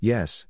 Yes